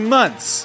months